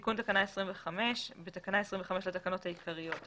12.תיקון תקנה 25 בתקנה 25 לתקנות העיקריות,